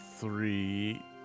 three